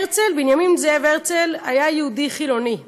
הרצל, בנימין זאב הרצל, היה יהודי חילוני,